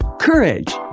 courage